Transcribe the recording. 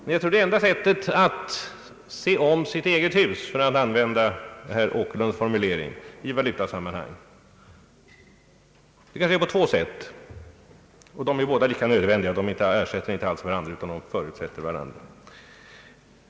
Jag tror att det finns två sätt att se om sitt eget hus — för att använda herr Åkerlunds formulering — i valutasammanhang, och de är båda lika nödvändiga. De ersätter inte alls varandra utan de förutsätter varandra.